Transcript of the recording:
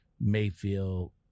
Mayfield